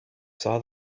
saw